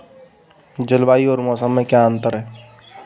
जलवायु और मौसम में अंतर क्या है?